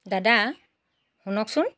দাদা শুনকচোন